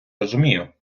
розумію